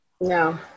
No